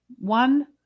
one